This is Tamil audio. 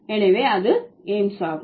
எனவே அது எய்ம்ஸ் ஆகும்